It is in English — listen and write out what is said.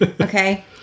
okay